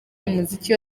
umuziki